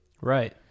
Right